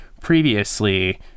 previously